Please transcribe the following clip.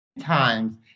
times